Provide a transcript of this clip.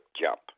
jump